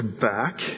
back